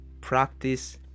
practice